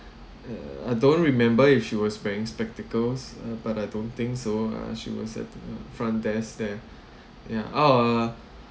uh I don't remember if she was wearing spectacles uh but I don't think so uh she was at the front desk there yeah oh uh